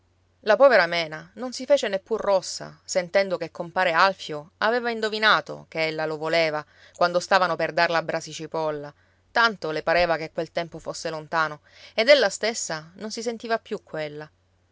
la povera mena non si fece neppur rossa sentendo che compare alfio aveva indovinato che ella lo voleva quando stavano per darla a brasi cipolla tanto le pareva che quel tempo fosse lontano ed ella stessa non si sentiva più quella